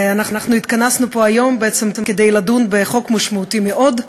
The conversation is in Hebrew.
אנחנו התכנסנו פה היום בעצם כדי לדון בחוק משמעותי מאוד,